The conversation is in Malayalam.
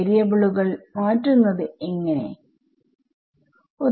വാരിയബിളുകൾ മാറ്റുന്നത് എങ്ങനെ ആണ്